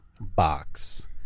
box